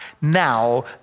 now